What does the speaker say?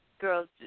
girls